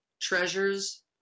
treasures